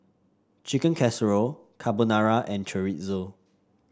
Chicken Casserole Carbonara and Chorizo